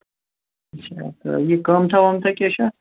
اَچھا تہٕ یہِ قۭمتھا وٲمتھا کیٛاہ چھُ اَتھ